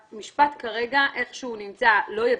המשפט כרגע, כפי שהוא מנוסח, "לא יברר",